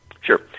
Sure